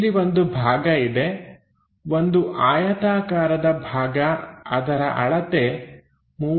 ಇಲ್ಲಿ ಒಂದು ಭಾಗ ಇದೆ ಒಂದು ಆಯತಾಕಾರದ ಭಾಗ ಅದರ ಅಳತೆ 30mm 30mm ಇದೆ